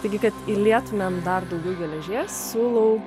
taigi kad įlietumėm dar daugiau geležies siūlau